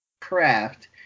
Craft